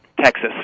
Texas